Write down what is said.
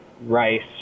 rice